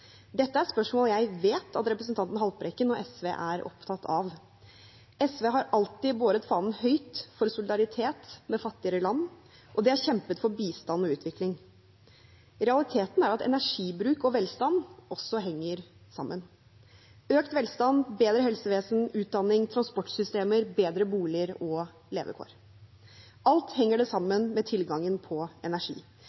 Dette er et spørsmål jeg vet at representanten Haltbrekken og SV er opptatt av. SV har alltid båret fanen høyt for solidaritet med fattigere land, og de har kjempet for bistand og utvikling. Realiteten er at energibruk og velstand henger sammen. Økt velstand, bedre helsevesen, utdanning, transportsystemer, bedre boliger og levekår – alt henger